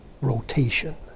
rotation